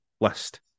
list